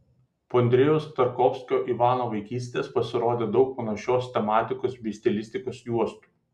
po andrejaus tarkovskio ivano vaikystės pasirodė daug panašios tematikos bei stilistikos juostų